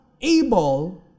able